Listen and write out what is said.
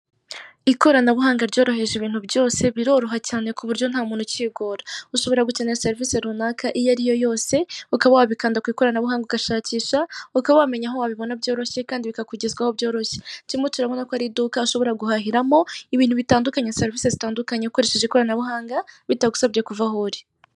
Ikoranabuhanga ryoroheje ibintu byose biroroha cyane ku buryo nta muntu ukigora, ushobora gukenera serivisi runaka iyo ariyo yose uka wabikanda ku ikoranabuhanga ugashakisha ukaba wamenya aho wabibona byoroshye kandi bikakugezwaho byoroshye, turimo turabona ko ari iduka ashobora guhahiramo ibintu bitandukanye serivisi zitandukanye ukoresheje ikoranabuhanga bitagusabye kuva aho uri.